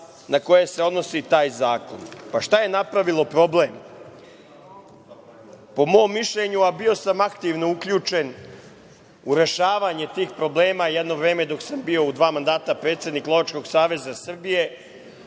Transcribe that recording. na koje se odnosi taj zakon. Šta je napravilo problem? Po mom mišljenju, a bio sam aktivno uključen u rešavanje tih problema jedno vreme dok sam bio u dva mandata predsednik Lovačkog saveza Srbije,